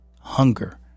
hunger